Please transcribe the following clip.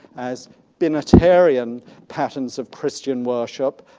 as binitarian patterns of christian worship,